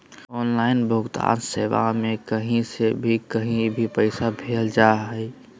online भुगतान सेवा में कही से भी कही भी पैसा भेजल जा हइ